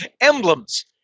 Emblems